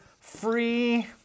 free